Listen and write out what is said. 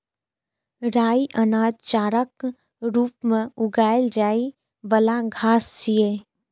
राइ अनाज, चाराक रूप मे उगाएल जाइ बला घास छियै